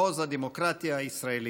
מעוז הדמוקרטיה הישראלית.